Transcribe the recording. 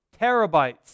terabytes